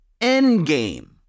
Endgame